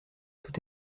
tout